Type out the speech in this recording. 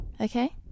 okay